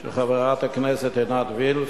של חברת הכנסת עינת וילף,